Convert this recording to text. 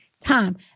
time